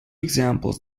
examples